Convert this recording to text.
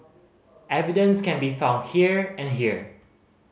evidence can be found here and here